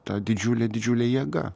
ta didžiulė didžiulė jėga